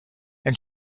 and